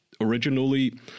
originally